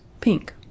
pink